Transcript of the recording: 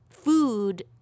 food